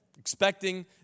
expecting